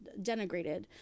denigrated